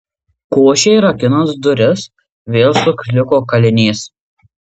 košei rakinant duris vėl sukliko kalinys